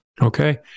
Okay